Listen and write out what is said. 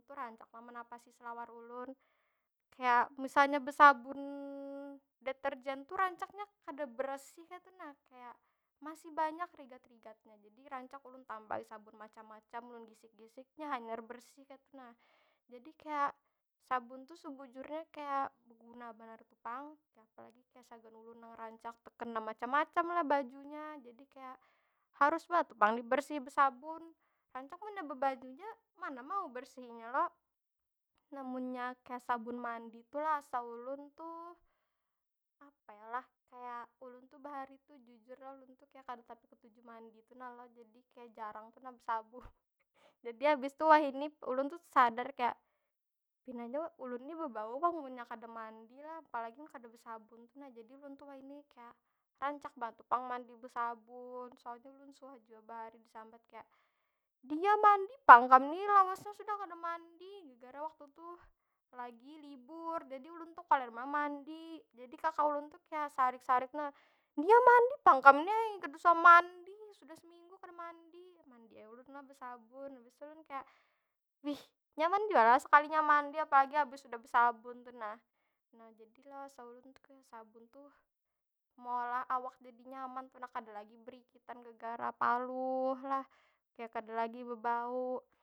Tu rancak lo menapasi selawar ulun. Kaya, misalnya besabun deterjen tu rancak nya kada beresih kaytu nah. Kaya, masih banyak rigat- rigatnya. Jadi rancak ulun tambahi sabun macam- macam, lun gisik- gisik nya hanyar bersih kaytu nah. Jadi kaya, sabun tu sebujurnya kaya beguna banar tu pang. Apalagi kaya sagan ulun nang rancak tekena macam- macam lah bajunya. Jadi kaya, harus banar tu pang dibersihi besabun. Rancak munnya bebanyu ja, mana mau bersih inya lo? Nah munnya kaya sabun mandi tu lah, asa ulun tu, apa yo lah? Kaya ulun tu bahari tu jujur lah ulun tu kaya kada tapi ketuju mandi tu nah lo, jadi kaya jarang tu nah besabun. Jadi habistu wahini ulun tu sadar kaya, pinanya ulun ni bebau pang munnya kada mandi lah. Apalagi mun kada besabun tu nah, jadi ulun tu wahini kaya rancak banar tu pang mandi besabun. Soalny ulun suah jua bahari disambat kaya, diyah mandi pang kam nih lawasnya sudah kada mandi! Gegara waktu tuh lagi libur, jadi ulun tu koler banar mandi. Jadi kaka ulun tu kaya sarik- sarik nah, diyah mandi pang kam ni ai, kada suah mandi sudah seminggu kada mandi! Mandi ai ulun lah besabun. Habis tu ulun kaya, wih nyaman jua lah sekalinya mandi apalagi habis sudah besabun tu nah. Nah jadi lo, asa ulun tu kaya sabun tu meolah awak jadi nyaman tu nah. Kada lagi berikitan gegara paluh lah, kaya kada lagi bebau.